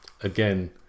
again